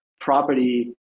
property